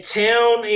town